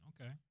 Okay